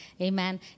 amen